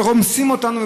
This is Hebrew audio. שרומסים אותנו,